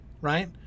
right